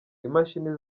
imashini